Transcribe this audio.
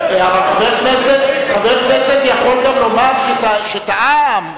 חבר כנסת יכול גם לומר שטעה.